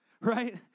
right